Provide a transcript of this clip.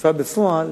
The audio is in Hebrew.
האכיפה בפועל